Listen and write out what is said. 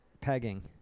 Pegging